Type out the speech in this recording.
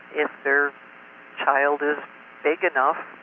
if their child is big enough,